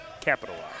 capitalize